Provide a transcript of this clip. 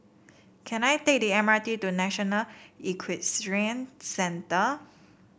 can I take the M R T to National Equestrian Centre